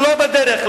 לא בדרך.